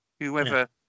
Whoever